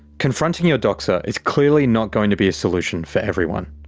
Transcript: confronting your doxer is clearly not going to be a solution for everyone.